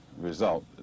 result